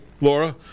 Laura